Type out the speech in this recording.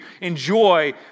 enjoy